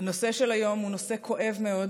הנושא של היום הוא נושא כואב מאוד